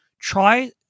try